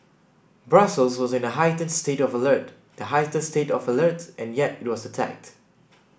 Brussels was in a heightened state of alert the highest state of alert and yet it was attacked